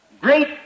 great